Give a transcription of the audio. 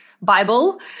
Bible